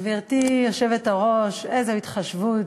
גברתי היושבת-ראש, איזו התחשבות.